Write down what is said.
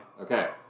Okay